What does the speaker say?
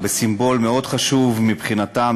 זה סימבול מאוד חשוב מבחינתם,